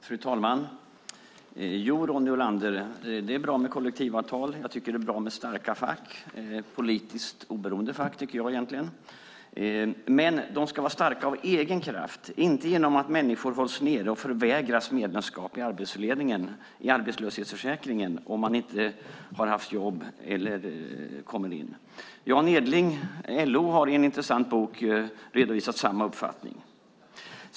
Fru talman! Jo, Ronny Olander, det är bra med kollektivavtal. Jag tycker att det är bra med starka fack, politiskt oberoende fack. Men de ska vara starka av egen kraft, inte genom att människor hålls nere och förvägras medlemskap i arbetslöshetsförsäkringen om de inte har haft jobb eller om de inte har kommit in. Jan Edling, LO, har i en intressant bok redovisat samma uppfattning.